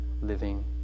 living